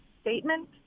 statement